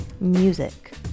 Music